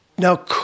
Now